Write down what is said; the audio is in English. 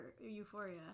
Euphoria